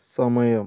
സമയം